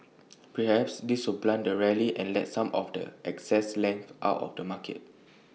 perhaps this will blunt the rally and let some of the excess length out of the market